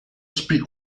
speak